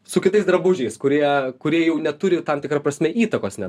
su kitais drabužiais kurie kurie jau neturi tam tikra prasme įtakos ne